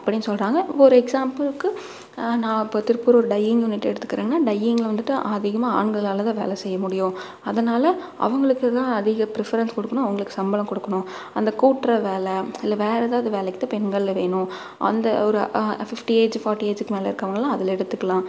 அப்படினு சொல்லுறாங்க ஒரு எக்ஸ்சாம்பிளுக்கு நான் இப்போ திருப்பூரு டையிங் யூனிடை எடுத்துக்கிறங்கன்னா டையிங்கில் வந்துவிட்டு அதிகமாக ஆண்களால் தான் வேலை செய்ய முடியும் அதனால் அவங்களுக்கு தான் அதிகம் ப்ரிஃபரன்ஸ் கொடுக்கணும் அவங்களுக்கு சம்பளம் கொடுக்கணும் அந்த கூட்டுற வேலை இல்லை வேறு எதாவது வேலைக்கு தான் பெண்கள் வேணும் அந்த ஒரு பிஃப்டி ஏஜ் ஃபார்ட்டி ஏஜ்க்கு மேலே இருக்கவங்கெல்லாம் அதில் எடுத்துக்கலாம்